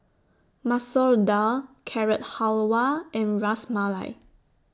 Masoor Dal Carrot Halwa and Ras Malai